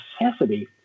necessity